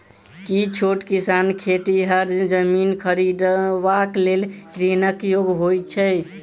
की छोट किसान खेतिहर जमीन खरिदबाक लेल ऋणक योग्य होइ छै?